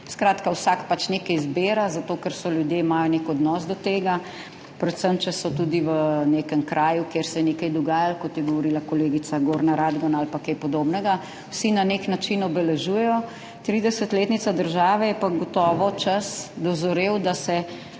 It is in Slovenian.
pač nekaj zbira, zato ker ljudje imajo nek odnos do tega, predvsem če so tudi v nekem kraju, kjer se je nekaj dogajalo, kot je govorila kolegica, Gornja Radgona ali pa kaj podobnega, vsi na nek način obeležujejo tridesetletnico države, je pa gotovo čas dozorel, da se